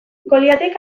goliatek